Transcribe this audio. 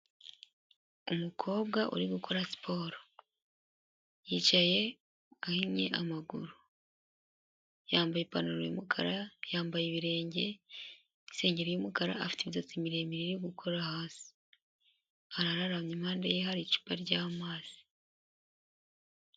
Umukobwa uri gukora siporo. Yicaye ahinnye amaguru. Yambaye ipantaro y'umukara, yambaye ibirenge n'isengeri y'umukara, afite imisatsi miremire iri gukora hasi. Araramye, impande ye hari icupa ry'amazi.